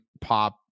pop